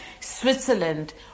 Switzerland